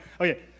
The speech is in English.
Okay